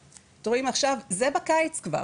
זה בקיץ כבר